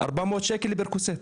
400 שקל לפרקוסט.